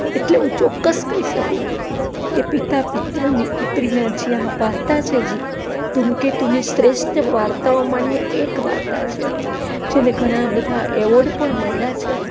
એટલે હું ચોક્કસ કહી શકું કે પિતા પુત્રની પુત્રીની જે આ વાર્તા છે જે ધૂમકેતુની શ્રેષ્ઠ વાર્તાઓમાંની એક વાર્તા છે જેને ઘણાં બધાં એવોર્ડ પણ મળ્યાં છે